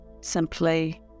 Simply